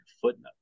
footnote